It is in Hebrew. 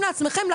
לעצמכם,